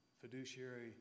fiduciary